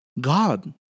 God